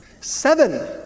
Seven